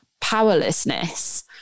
Powerlessness